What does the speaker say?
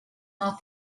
not